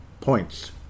points